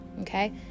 okay